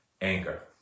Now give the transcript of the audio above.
anger